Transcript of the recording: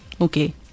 Okay